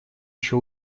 ещё